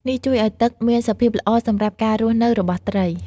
នេះជួយឲ្យទឹកមានសភាពល្អសម្រាប់ការរស់នៅរបស់ត្រី។